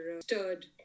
stirred